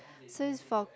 since for